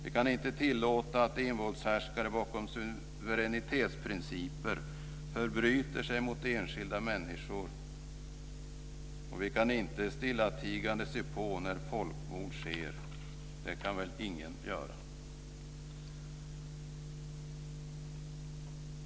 Vi kan inte tillåta att envåldshärskare bakom suveränitetsprinciper förbryter sig mot enskilda människor, och vi kan inte stillatigande se på när folkmord sker, det kan väl ingen göra.